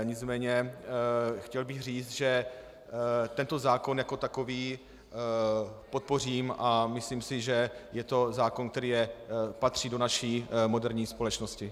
Nicméně chtěl bych říct, že tento zákon jako takový podpořím, a myslím si, že je to zákon, který patří do naší moderní společnosti.